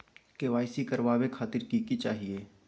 KYC करवावे खातीर कि कि चाहियो?